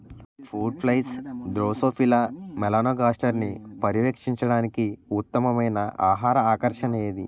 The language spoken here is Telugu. ఫ్రూట్ ఫ్లైస్ డ్రోసోఫిలా మెలనోగాస్టర్ని పర్యవేక్షించడానికి ఉత్తమమైన ఆహార ఆకర్షణ ఏది?